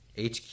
HQ